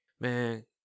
Man